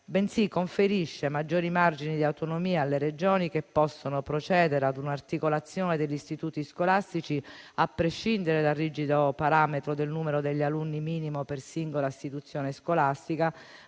bensì conferisce maggiori margini di autonomia alle Regioni che possono procedere ad un'articolazione degli istituti scolastici a prescindere dal parametro rigido del numero di alunni minimo per singola istituzione scolastica,